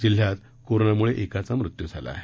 जिल्ह्यात कोरोना मुळे एकाचा मृत्यू झाला आहे